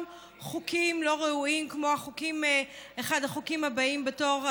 חוקים לא ראויים כמו אחד החוקים בתור,